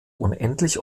unendlich